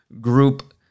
group